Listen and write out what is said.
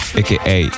aka